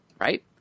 right